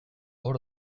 hor